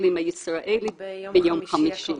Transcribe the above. האקלים הישראלית ביום חמישי הקרוב.